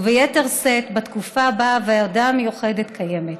וביתר שאת בתקופה שבה הוועדה המיוחדת קיימת.